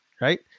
right